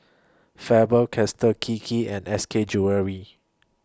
Faber Castell Kiki and S K Jewellery